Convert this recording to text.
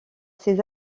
ses